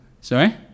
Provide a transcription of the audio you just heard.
Sorry